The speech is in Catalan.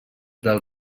del